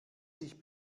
sich